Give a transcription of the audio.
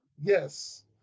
Yes